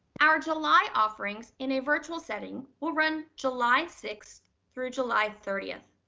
our july offerings in a virtual setting will run july sixth through july thirtieth,